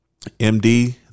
MD